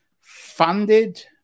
funded